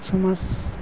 समाज